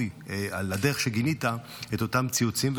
על הדרך שבה גינית את אותם ציוצים,